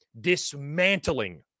dismantling